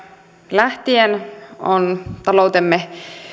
lähtien on taloutemme